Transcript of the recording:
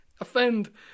offend